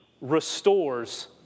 restores